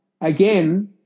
again